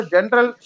General